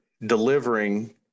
delivering